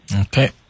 Okay